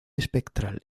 espectral